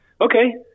Okay